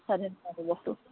স্বাধীনতা দিৱসটো